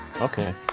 Okay